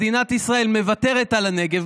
מדינת ישראל מוותרת על הנגב,